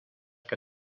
que